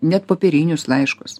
net popierinius laiškus